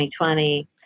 2020